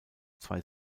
zwei